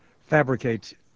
fabricate